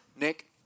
Nick